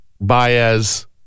Baez